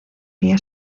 día